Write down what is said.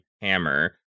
hammer